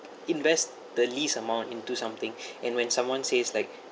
invest the least amount into something and when someone says like